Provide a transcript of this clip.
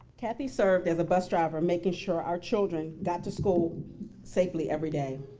kathy served as a bus driver making sure our children got to school safely every day.